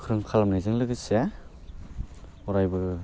गोख्रों खालामनायजों लोगोसे अरायबो